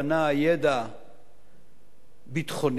ידע ביטחוני,